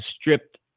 stripped